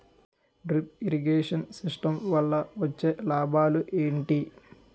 Drip irrigation system వల్ల వచ్చే లాభాలు ఏంటి?